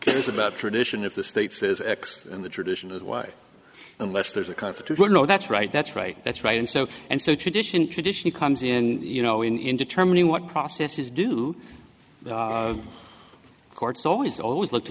cares about tradition if the state says x and the tradition is white unless there's a constitution oh that's right that's right that's right and so and so tradition tradition comes in you know in in determining what processes do courts always always look t